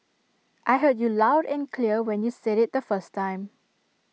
I heard you loud and clear when you said IT the first time